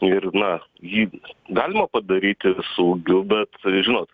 ir na jį galima padaryti saugiu be žinot